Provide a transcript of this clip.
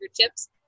chips